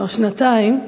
כבר שנתיים,